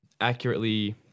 accurately